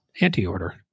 anti-order